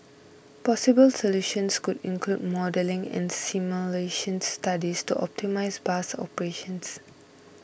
possible solutions could include modelling and simulation studies to optimise bus operations